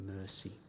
mercy